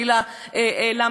ולבוא לתת את הפתרונות,